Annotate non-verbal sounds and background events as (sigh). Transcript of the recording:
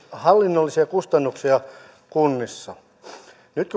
hallinnollisia kustannuksia kunnissa nyt (unintelligible)